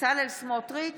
בצלאל סמוטריץ'